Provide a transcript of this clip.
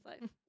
life